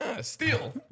Steal